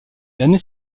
l’année